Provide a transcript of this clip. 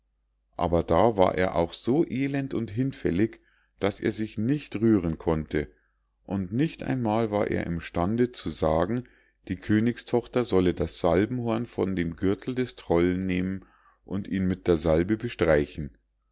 aber da war er auch so elend und hinfällig daß er sich nicht rühren konnte und nicht einmal war er im stande zu sagen die königstochter solle das salbenhorn von dem gürtel des trollen nehmen und ihn mit der salbe bestreichen